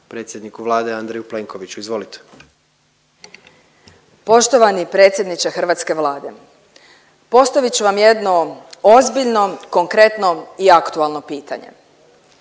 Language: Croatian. Raspudić, Marija (Nezavisni)** Poštovani predsjedniče hrvatske Vlade, postavit ću vam jedno ozbiljno, konkretno i aktualno pitanje.